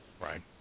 Right